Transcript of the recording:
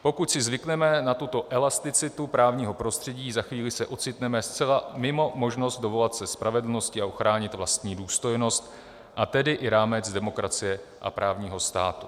Pokud si zvykneme na tuto elasticitu právního prostředí, za chvíli se ocitneme zcela mimo možnost dovolat se spravedlnosti a ochránit vlastní důstojnost, a tedy i rámec demokracie a právního státu.